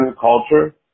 culture